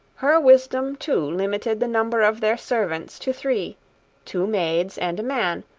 her wisdom too limited the number of their servants to three two maids and a man,